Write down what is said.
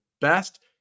best